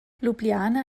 ljubljana